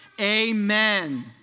Amen